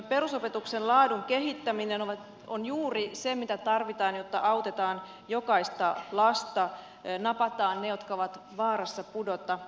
perusopetuksen laadun kehittäminen on juuri se mitä tarvitaan jotta autetaan jokaista lasta napataan ne jotka ovat vaarassa pudota